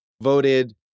voted